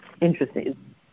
interesting